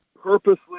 purposely